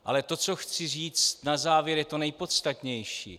Ale to, co chci říct na závěr, je to nejpodstatnější.